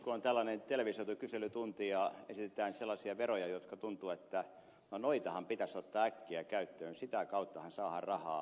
kun on tällainen televisioitu kyselytunti ja esitetään sellaisia veroja joista tuntuu että noitahan pitäisi ottaa äkkiä käyttöön sitä kauttahan saadaan rahaa